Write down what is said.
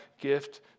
gift